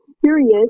curious